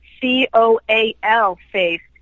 C-O-A-L-faced